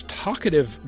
talkative